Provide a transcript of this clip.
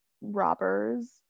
robbers